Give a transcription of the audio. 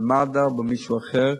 היות שזה חוק רק למד"א,